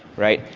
right,